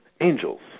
angels